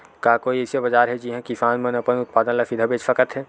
का कोई अइसे बाजार हे जिहां किसान मन अपन उत्पादन ला सीधा बेच सकथे?